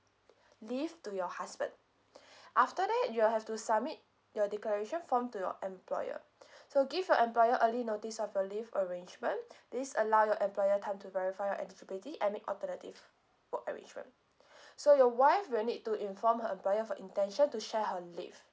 leave to your husband after that you'll have to submit your declaration form to your employer so give your employer early notice of your leave arrangement this allow your employer time to verify your eligibility and make alternative work arrangement so your wife will need to inform her employer for intention to share her leave